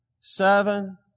seven